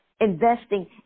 investing